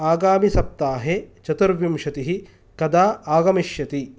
आगामि सप्ताहे चतुर्विंशतिः कदा आगमिष्यति